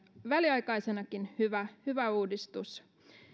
väliaikaisenakin hyvä hyvä uudistus